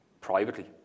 privately